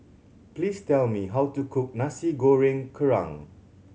please tell me how to cook Nasi Goreng Kerang